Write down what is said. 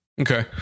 Okay